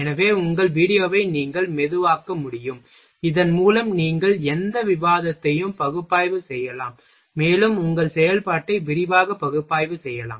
எனவே உங்கள் வீடியோவை நீங்கள் மெதுவாக்க முடியும் இதன் மூலம் நீங்கள் எந்த விவரத்தையும் பகுப்பாய்வு செய்யலாம் மேலும் உங்கள் செயல்பாட்டை விரிவாக பகுப்பாய்வு செய்யலாம்